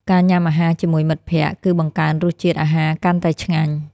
ការញ៉ាំអាហារជាមួយមិត្តភក្ដិ គឺបង្កើនរសជាតិអាហារកាន់តែឆ្ងាញ់។